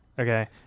Okay